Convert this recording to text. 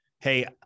hey